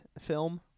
Film